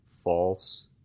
False